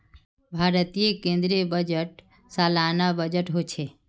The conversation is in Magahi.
भारतेर केन्द्रीय बजट सालाना बजट होछे